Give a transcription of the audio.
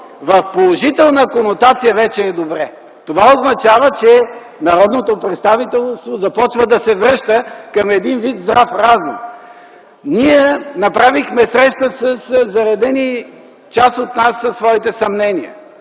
в положителна комутация, вече е добре. Това означава, че народното представителство започва да се връща към един вид здрав разум. Ние направихме среща. Част от нас, заредени със своите съмнения,